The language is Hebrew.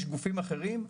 יש גופים אחרים.